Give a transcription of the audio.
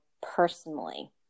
personally